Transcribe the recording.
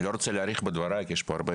אני לא רוצה להאריך בדבריי כי יש פה הרבה